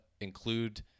include